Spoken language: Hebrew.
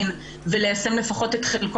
זה נשמע לנו כמו מצב לא